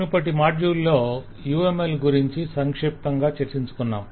మునుపటి మాడ్యూల్ లో UML గురించి సంక్షిప్తంగా చర్చించుకున్నాము